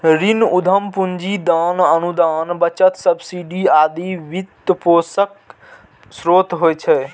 ऋण, उद्यम पूंजी, दान, अनुदान, बचत, सब्सिडी आदि वित्तपोषणक स्रोत होइ छै